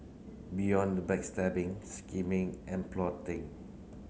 beyond the backstabbing scheming and plotting